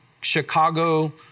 Chicago